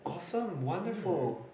awesome wonderful